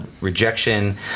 rejection